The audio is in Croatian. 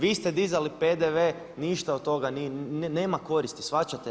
Vi ste dizali PDV, ništa od toga, nema koristi, shvaćate?